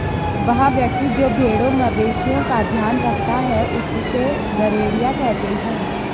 वह व्यक्ति जो भेड़ों मवेशिओं का ध्यान रखता है उससे गरेड़िया कहते हैं